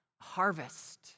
harvest